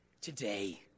today